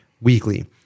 weekly